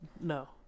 no